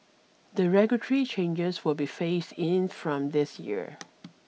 the regulatory changes will be phased in from this year